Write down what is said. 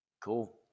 Cool